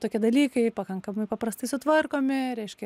tokie dalykai pakankamai paprastai sutvarkomi